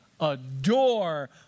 adore